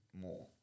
more